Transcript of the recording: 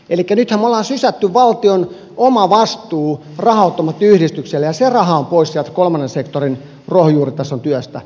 elikkä nythän me olemme sysänneet valtion oman vastuun raha automaattiyhdistykselle ja se raha on pois sieltä kolmannen sektorin ruohonjuuritason työstä